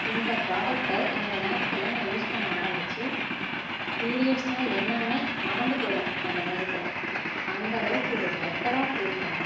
இந்த ப்ராடக்ட்டை இந்த நாப்கினை நான் யூஸ் பண்ண ஆரம்பிச்சு பீரியட்ஸ்னா என்னென்னே மறந்து போயிடும் அந்த நேரத்தில் அந்தளவுக்கு ஒரு பெட்டராக ஃபீல் பண்ணிணேன்